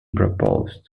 proposed